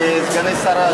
על סגני שר?